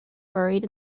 buried